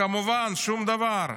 כמובן, שום דבר.